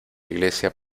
iglesia